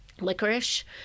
licorice